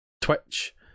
twitch